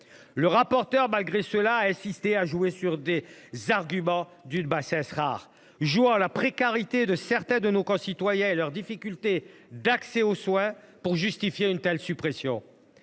le rapporteur a insisté, s’appuyant sur des arguments d’une bassesse rare, jouant de la précarité de certains de nos concitoyens et de leurs difficultés d’accès aux soins pour justifier une telle suppression.